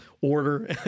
order